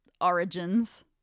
Origins